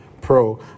pro